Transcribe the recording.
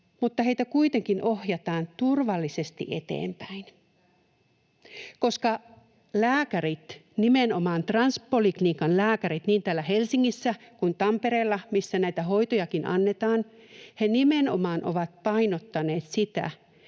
mutta heitä kuitenkin ohjataan turvallisesti eteenpäin, koska lääkärit, nimenomaan transpoliklinikan lääkärit, niin täällä Helsingissä kuin Tampereella, missä näitä hoitojakin annetaan, nimenomaan ovat painottaneet sitä,